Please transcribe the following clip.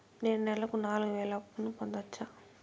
నేను నెలకు నాలుగు వేలు అప్పును పొందొచ్చా?